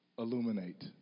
illuminate